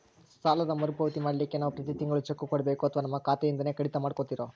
ಸಾಲದ ಮರುಪಾವತಿ ಮಾಡ್ಲಿಕ್ಕೆ ನಾವು ಪ್ರತಿ ತಿಂಗಳು ಚೆಕ್ಕು ಕೊಡಬೇಕೋ ಅಥವಾ ನಮ್ಮ ಖಾತೆಯಿಂದನೆ ಕಡಿತ ಮಾಡ್ಕೊತಿರೋ?